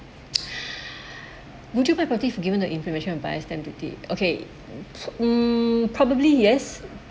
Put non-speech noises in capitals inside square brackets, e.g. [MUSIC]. [BREATH] would you buy a property if given the information of buyer stamp duty okay um probably yes